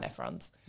nephrons